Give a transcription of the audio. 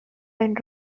and